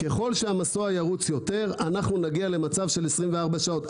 ככל שהמסוע ירוץ יותר אנחנו נגיע למצב של 24 שעות.